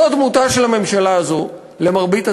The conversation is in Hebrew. זאת דמותה של הממשלה הזאת, למרבה הצער.